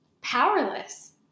powerless